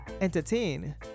entertain